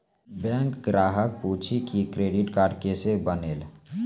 Bank ग्राहक पुछी की क्रेडिट कार्ड केसे बनेल?